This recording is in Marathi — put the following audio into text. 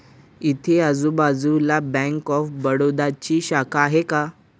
इथे आजूबाजूला बँक ऑफ बडोदाची शाखा आहे का?